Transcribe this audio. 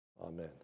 Amen